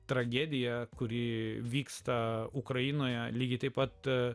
tragediją kuri vyksta ukrainoje lygiai taip pat